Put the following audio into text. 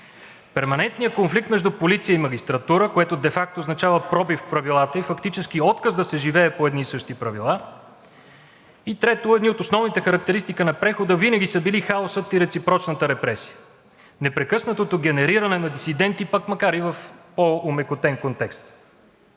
Перманентният конфликт между полиция и магистратура, което де факто означава пробив в правилата и фактически отказ да се живее по едни и същи правила. И трето, едни от основните характеристики на прехода винаги са били хаосът и реципрочната репресия – непрекъснатото генериране на дисиденти, пък макар и в по-омекотен контекст.